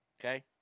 okay